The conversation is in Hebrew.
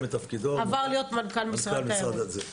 את תפקידו ועבר להיות מנכ"ל משרד התיירות.